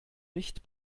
nicht